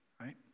right